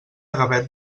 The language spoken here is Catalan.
gavet